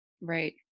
Right